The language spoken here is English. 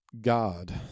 God